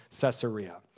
Caesarea